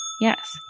Yes